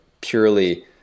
purely